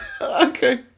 Okay